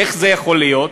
איך זה יכול להיות?